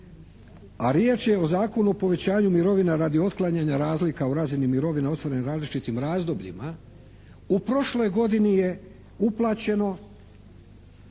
a riječ je o Zakonu o povećanju mirovina radi otklanjanja razlika u razini mirovina ostvarenih u različitim razdobljima u prošloj godini je uplaćeno